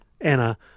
Anna